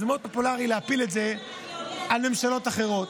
זה מאוד פופולרי להפיל את זה על ממשלות אחרות,